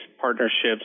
partnerships